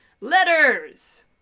Letters